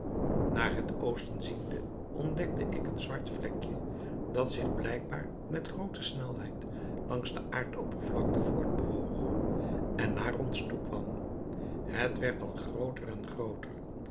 naar het oosten ziende ontdekte ik een zwart vlekje dat zich blijkbaar met groote snelheid langs de aardoppervlakte voortbewoog en naar ons toekwam het werd al grooter en grooter